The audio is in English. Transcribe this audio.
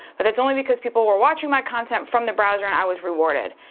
but that's only because people were watching my content from the browser and i was rewarded.